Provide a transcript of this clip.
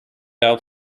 out